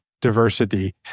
diversity